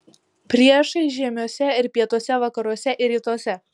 priešai žiemiuose ir pietuose vakaruose ir rytuose